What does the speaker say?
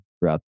throughout